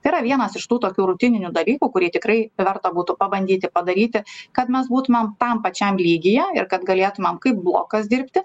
tai yra vienas iš tų tokių rutininių dalykų kurį tikrai verta būtų pabandyti padaryti kad mes būtumėm tam pačiam lygyje ir kad galėtumėm kaip blokas dirbti